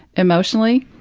emotionally,